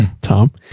Tom